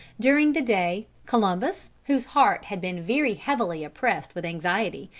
during the day columbus, whose heart had been very heavily oppressed with anxiety,